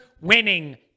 winning